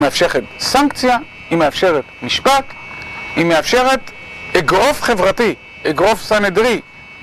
היא מאפשרת סנקציה, היא מאפשרת משפט, היא מאפשרת אגרוף חברתי, אגרוף סנהדרי